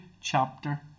chapter